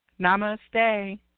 Namaste